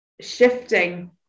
shifting